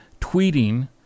tweeting